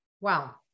Wow